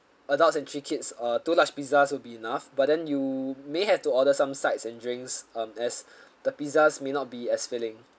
adults and three kids uh two large pizzas would be enough but then you may have to order some sides and drinks um as the pizzas may not be as filling